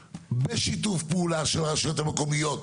בשיתוף פעולה של הרשויות המקומיות.